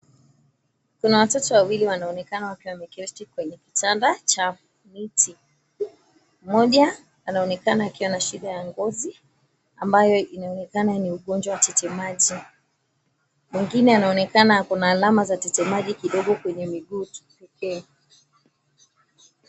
Kuna watoto wawili wanaonekana wakiwa wameketi kwenye kitanda cha miti. Mmoja anaonekana akiwa na shida ya ngozi, ambayo inaonekana ni ugonjwa wa titi maji. Mwengine anaonekana kuna alama za titimaji kidogo, kwenye miguu tu pekee.